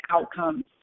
outcomes